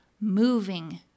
moving